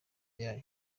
yayo